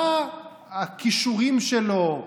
מה הכישורים שלו?